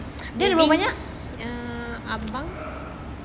dia ada berapa banyak